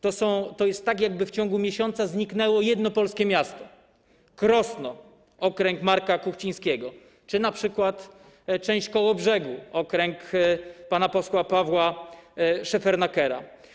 To jest tak, jakby w ciągu miesiąca zniknęło jedno polskie miasto - Krosno, okręg Marka Kuchcińskiego, czy np. część Kołobrzegu, okręg pana posła Pawła Szefernakera.